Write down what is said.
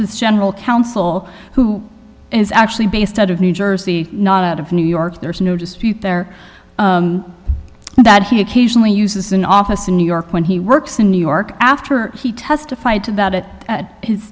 e general counsel who is actually based out of new jersey not out of new york there's no dispute there that he occasionally uses an office in new york when he works in new york after he testified to that it at his